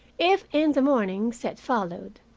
if, in the mornings that followed,